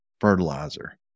fertilizer